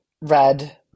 red